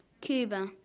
Cuba